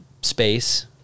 space